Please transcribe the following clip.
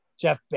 Jeff